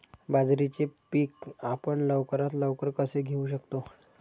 बाजरीचे पीक आपण लवकरात लवकर कसे घेऊ शकतो?